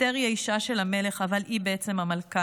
אסתר היא האישה של המלך, אבל היא בעצם המלכה.